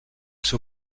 seu